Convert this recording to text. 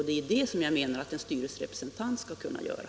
Det är det jag menar att en styrelserepresentant skall göra.